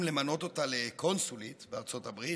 למנות אותה לקונסולית בארצות הברית,